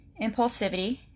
impulsivity